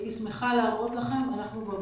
הייתי שמחה להראות לכם אנחנו כבר